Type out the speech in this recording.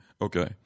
Okay